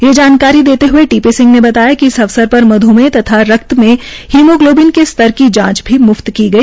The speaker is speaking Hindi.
ये जानकारी देते हये टी पी सिंह ने बताया कि अवसरपर मध्मेह तथा रक्त में होमोग्लोबिन के स्तर की जांच भी मुफ्त की गई